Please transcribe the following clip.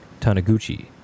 Taniguchi